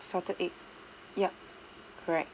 salted egg yup correct